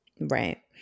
Right